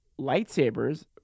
lightsabers